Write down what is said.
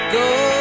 go